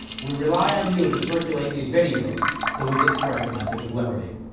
we rely on you to circulate these videos so we can spread the message of liberty.